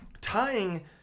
tying